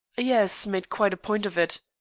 yes. made quite a point of it.